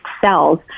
cells